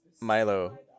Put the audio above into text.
Milo